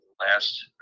last